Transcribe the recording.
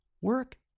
work